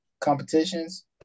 competitions